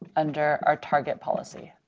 under our target policy.